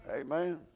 Amen